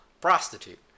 prostitute